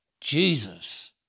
Jesus